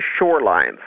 shorelines